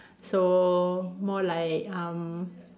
so more like um